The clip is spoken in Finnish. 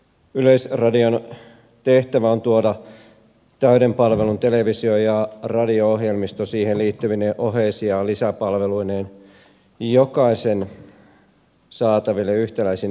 yleisradion tehtävä on tuoda täyden palvelun televisio ja radio ohjelmisto siihen liittyvine oheis ja lisäpalveluineen jokaisen saataville yhtäläisin ehdoin